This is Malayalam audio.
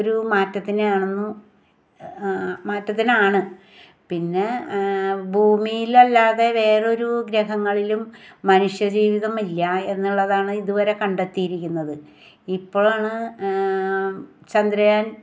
ഒരു മാറ്റത്തിനെയാണെന്ന് മാറ്റത്തിനാണ് പിന്നെ ഭൂമിയിലല്ലാതെ വേറൊരു ഗ്രഹങ്ങളിലും മനുഷ്യ ജീവിതം ഇല്ല എന്നുള്ളതാണ് ഇതുവരെ കണ്ടെത്തിയിരിക്കുന്നത് ഇപ്പളാണ് ചന്ദ്രയാൻ